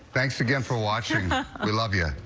thanks again for watching we love you.